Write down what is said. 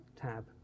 tab